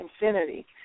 Infinity